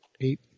Eight